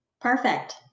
Perfect